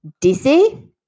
dizzy